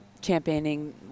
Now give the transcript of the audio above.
championing